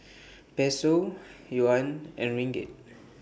Peso Yuan and Ringgit